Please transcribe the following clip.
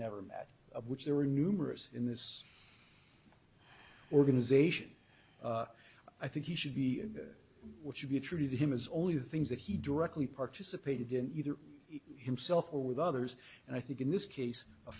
never met of which there were numerous in this organization i think he should be and what should be true to him is only things that he directly participated in either yourself or with others and i think in this case a